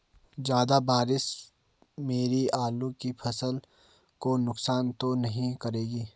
ज़्यादा बारिश मेरी आलू की फसल को नुकसान तो नहीं करेगी?